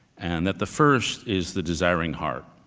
and that the first is the desiring heart.